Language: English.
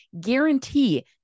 guarantee